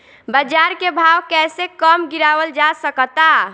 बाज़ार के भाव कैसे कम गीरावल जा सकता?